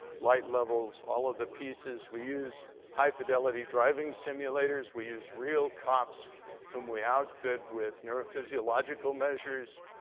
light levels, all of the pieces. we use high fidelity driving simulators. we use real cops whom we outfit with neurophysiological measures.